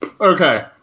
Okay